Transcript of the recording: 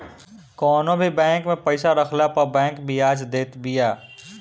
कवनो भी बैंक में पईसा रखला पअ बैंक बियाज देत बिया